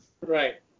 Right